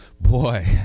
Boy